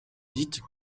dites